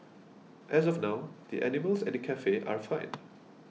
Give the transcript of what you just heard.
as of now the animals at the cafe are fine